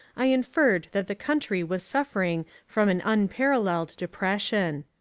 i inferred that the country was suffering from an unparalleled depression.